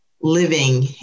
living